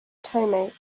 tome